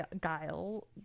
guile